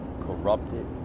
corrupted